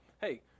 Hey